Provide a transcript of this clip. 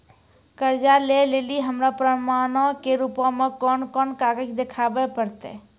कर्जा लै लेली हमरा प्रमाणो के रूपो मे कोन कोन कागज देखाबै पड़तै?